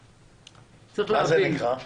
מה זה אומר?